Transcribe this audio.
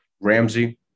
Ramsey